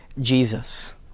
Jesus